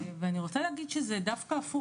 אני רוצה להגיד שזה דווקא הפוך,